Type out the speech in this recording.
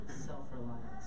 self-reliance